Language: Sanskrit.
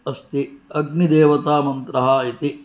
अस्ति अग्निदेवता मन्त्रः इति